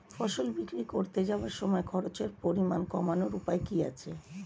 ফসল বিক্রি করতে যাওয়ার সময় খরচের পরিমাণ কমানোর উপায় কি কি আছে?